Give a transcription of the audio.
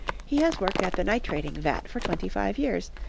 he has worked at the nitrating-vat for twenty-five years,